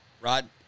Rod